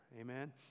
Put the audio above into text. Amen